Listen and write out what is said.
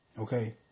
Okay